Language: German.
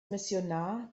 missionar